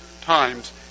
times